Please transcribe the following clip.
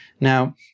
Now